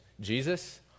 Jesus